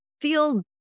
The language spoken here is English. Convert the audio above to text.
feel